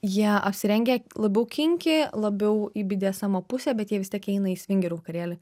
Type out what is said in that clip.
jie apsirengę labiau kinki labiau į bydesemo pusę bet jie vis tiek eina į svingerių vakarėlį